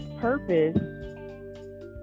purpose